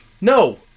No